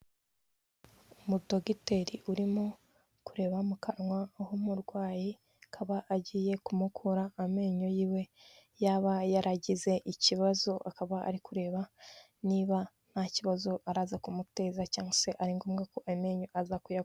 Umudogiteri urimo kureba mu kanwa aho umurwayi kaba agiye kumukura amenyo yiwe, yaba yaragize ikibazo akaba ari kureba niba nta kibazo araza kumuteza cyangwa se ari ngombwa ko amenyo aza kuyakura.